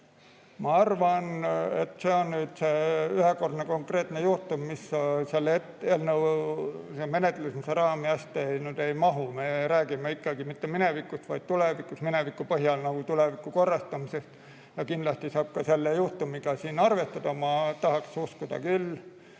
Ma arvan, et see on ühekordne konkreetne juhtum, mis selle eelnõu menetlemise raami hästi ei mahu. Me ei räägi mitte minevikust, vaid tulevikust, ja mineviku põhjal tuleviku korrastamisest. Kindlasti saab ka selle juhtumiga siin arvestada. Ma tahaks küll